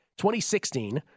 2016